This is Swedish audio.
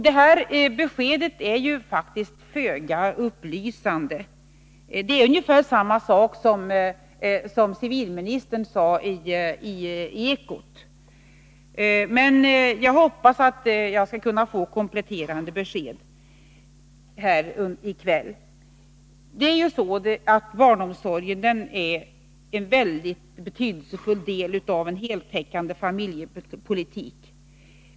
Detta besked är faktiskt föga upplysande. Det är ungefär samma sak som civilministern sade i Dagens eko. Jag hoppas att jag skall kunna få kompletterande besked här i kväll. Barnomsorgen är en mycket betydelsefull del av en heltäckande familjepolitik.